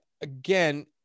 again